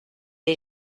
est